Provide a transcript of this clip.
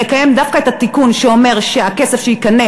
נקיים דווקא את התיקון שאומר שהכסף שייכנס